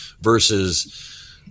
Versus